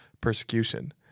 persecution